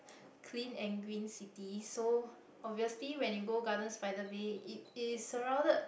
clean and green city so obviously when you go Gardens-by-the-Bay it is surrounded